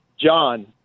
John